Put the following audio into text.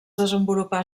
desenvolupà